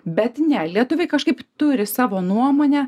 bet ne lietuviai kažkaip turi savo nuomonę